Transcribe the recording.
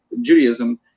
Judaism